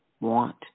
want